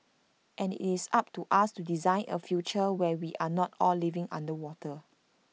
and IT is up to us to design A future where we are not all living underwater